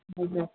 हुन्छ